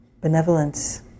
benevolence